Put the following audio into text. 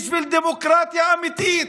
בשביל דמוקרטיה אמיתית,